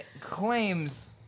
claims